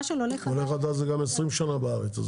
עולה חדש זה גם 20 שנה בארץ.